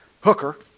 hooker